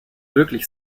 wirklich